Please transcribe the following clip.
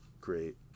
Great